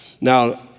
now